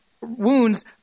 wounds